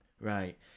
Right